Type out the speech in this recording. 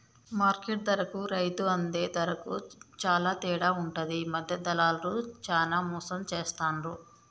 market ధరకు రైతు అందే ధరకు చాల తేడా ఉంటది మధ్య దళార్లు చానా మోసం చేస్తాండ్లు